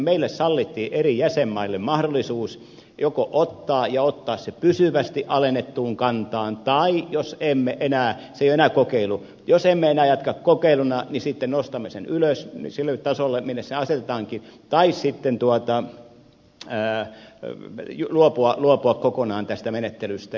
meille sallittiin eri jäsenmaille mahdollisuus joko ottaa ja ottaa se pysyvästi alennettuun kantaan tai jos se ei ole enää kokeilu jos emme enää jatka kokeiluna niin sitten nostaa sen ylös sille tasolle minne se asetetaankin tai sitten luopua kokonaan tästä menettelystä